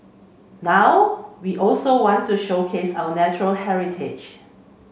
now we also want to showcase our natural heritage